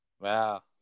Wow